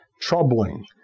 troubling